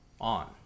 on